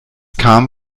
kam